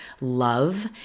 love